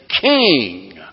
king